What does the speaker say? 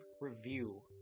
review